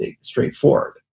straightforward